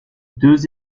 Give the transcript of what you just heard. deux